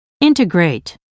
integrate